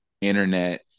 internet